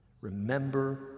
Remember